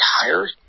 tired